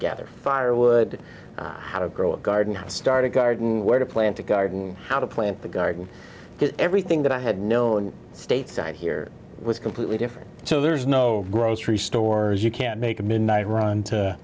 gather firewood how to grow a garden start a garden where to plant a garden how to plant the garden everything that i had known stateside here was completely different so there's no grocery stores you can't make a midnight run to